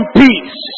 peace